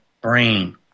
brain